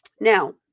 Now